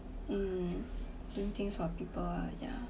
mm doing things for people ah ya